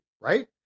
right